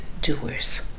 doers